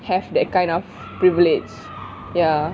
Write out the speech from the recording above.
have that kind of privilege ya